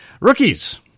rookies